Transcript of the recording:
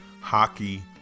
hockey